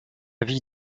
vie